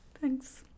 thanks